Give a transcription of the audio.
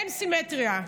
אין סימטריה.